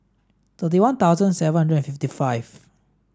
thirty one thousand seven hundred and fifty five